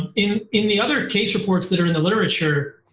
and in in the other case reports that are in the literature,